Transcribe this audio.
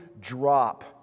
drop